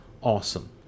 awesome